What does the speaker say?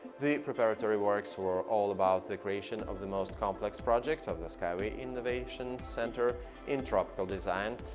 the preparatory works were all about the creation of the most complex project of the skyway innovation centre in tropical design,